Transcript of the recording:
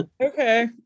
okay